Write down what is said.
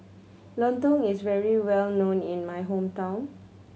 lontong is very well known in my hometown